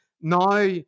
Now